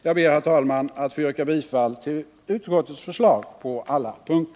Jag ber, herr talman, att få yrka bifall till utskottets förslag på alla punkter.